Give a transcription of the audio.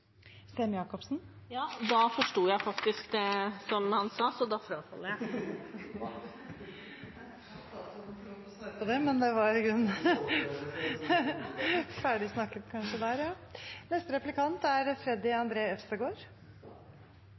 unge. Ja, da forsto jeg faktisk det statsråden sa. Da kan statsråden få lov til å svare på det, men det er kanskje ferdigsnakket. Det er